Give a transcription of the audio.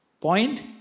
point